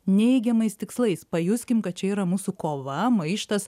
neigiamais tikslais pajuskim kad čia yra mūsų kova maištas